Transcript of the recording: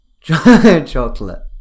chocolate